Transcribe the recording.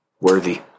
worthy